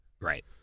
Right